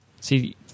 See